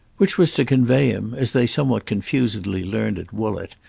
which was to convey him, as they somewhat confusedly learned at woollett,